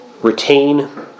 retain